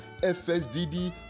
FSDD